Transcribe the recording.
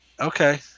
Okay